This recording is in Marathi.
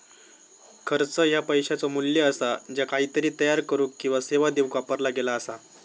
खर्च ह्या पैशाचो मू्ल्य असा ज्या काहीतरी तयार करुक किंवा सेवा देऊक वापरला गेला असा